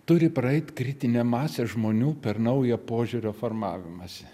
turi praeit kritinė masė žmonių per naują požiūrio formavimąsi